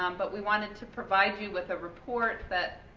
um but we wanted to provide you with a report that